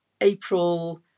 April